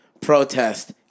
protest